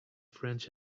friends